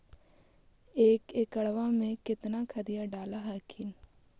एक एकड़बा मे कितना खदिया डाल हखिन?